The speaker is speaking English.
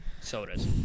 sodas